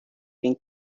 bin